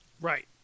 Right